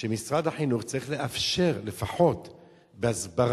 שמשרד החינוך צריך לאפשר, לפחות בהסברה,